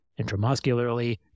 intramuscularly